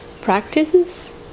practices